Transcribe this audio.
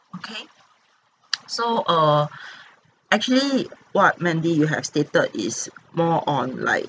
okay so uh actually what mandy you have stated is more on like